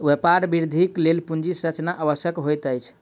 व्यापार वृद्धिक लेल पूंजी संरचना आवश्यक होइत अछि